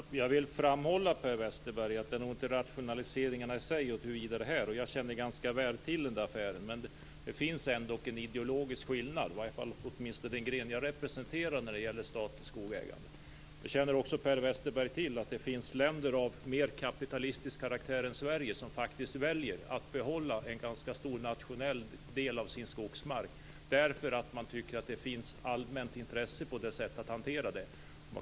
Fru talman! Jag vill framhålla, Per Westerberg, att det här nog inte gäller rationaliseringarna i sig. Jag känner ganska väl till affären. Det finns ändock en ideologisk skillnad, åtminstone vad gäller den gren jag representerar när det gäller statligt skogsägande. Också Per Westerberg känner till att det finns länder med en mer kapitalistisk karaktär än Sverige som faktiskt väljer att behålla en ganska stor nationell del av sin skogsmark, därför att man där tycker att det finns ett allmänt intresse av ett sådant agerande.